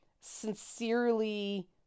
sincerely